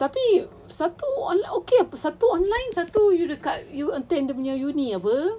tapi satu online okay [pe] satu online satu you dekat you attend dia punya uni apa